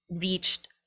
reached